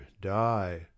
die